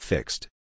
Fixed